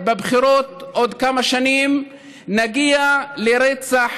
בבחירות עוד כמה שנים נגיע לרצח,